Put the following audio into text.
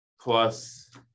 plus